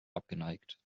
abgeneigt